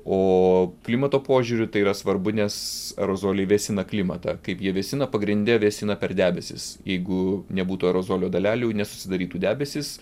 o klimato požiūriu tai yra svarbu nes aerozoliai vėsina klimatą kaip jie vėsina pagrinde vėsina per debesis jeigu nebūtų aerozolio dalelių nesusidarytų debesys